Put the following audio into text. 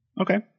Okay